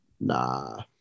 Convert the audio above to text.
Nah